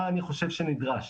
מה אני חושב שנדרש?